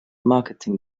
marketing